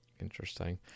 Interesting